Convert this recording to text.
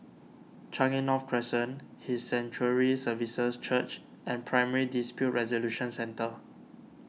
Changi North Crescent His Sanctuary Services Church and Primary Dispute Resolution Centre